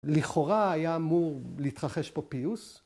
לכאורה היה אמור להתרחש פה פיוס.